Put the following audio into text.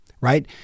right